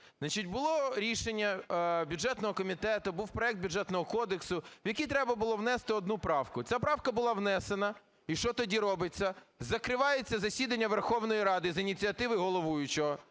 було рішення бюджетного комітету, був проект бюджетного кодексу, в який треба було внести одну правку. Ця правка була внесена. І що тоді робиться? Закривається засідання Верховної Ради за ініціативи головуючого.